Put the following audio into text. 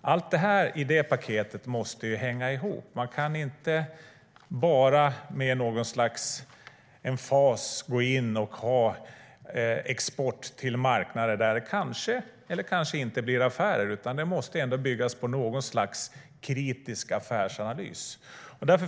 Allt i det paketet måste hänga ihop. Man kan inte bara med något slags emfas gå in och ha export till marknader där det kanske eller kanske inte blir affärer. Det måste ändå byggas på något slags kritisk affärsanalys.